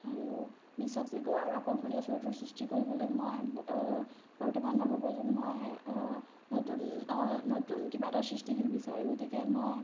আৰু বিশ্বাসযোগ্য আৰু আকৰ্ষণীয় চৰিত্ৰৰ সৃষ্টি কৰিবলে মই বৰ্তমান নৱপ্ৰজন্মই নতুন নতুন কিবা এটা সৃষ্টিশীল বিচাৰে গতিকে মই